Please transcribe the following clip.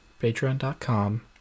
patreon.com